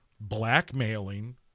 blackmailing